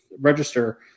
register